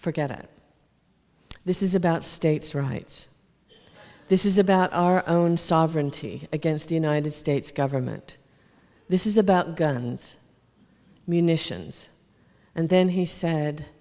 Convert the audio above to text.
forget it this is about states rights this is about our own sovereignty against the united states government this is about guns munitions and then he said